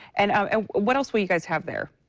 and and what else will you guys have there?